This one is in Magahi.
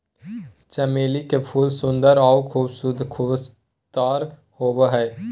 चमेली के फूल सुंदर आऊ खुशबूदार होबो हइ